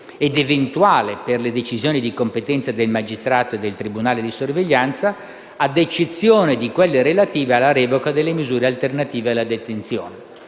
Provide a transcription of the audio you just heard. ed eventuale per le decisioni di competenza del magistrato e del tribunale di sorveglianza, a eccezione di quelle relative alla revoca delle misure alternative alla detenzione.